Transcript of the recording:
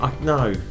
No